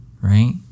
right